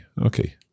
okay